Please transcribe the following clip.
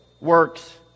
works